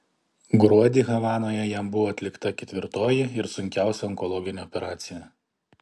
gruodį havanoje jam buvo atlikta ketvirtoji ir sunkiausia onkologinė operacija